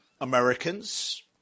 Americans